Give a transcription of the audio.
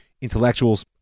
Intellectuals